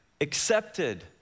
accepted